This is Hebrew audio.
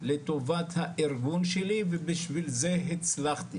לטובת הארגון שלי ובשביל זה הצלחתי.